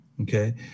Okay